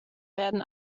werden